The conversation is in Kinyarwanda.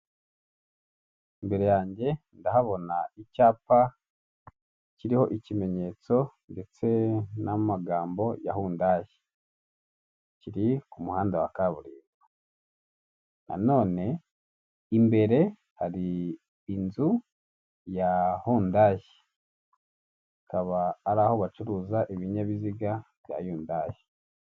Imbere yanjye ndahabona icyapa kiriho ikimenyetso ndetse n'amagambo yahundandayi kiri ku muhanda wa kaburimbo imbere hari inzu yahundandayi akaba ari aho bacuruza ibinyabiziga bya hundayi.